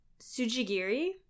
sujigiri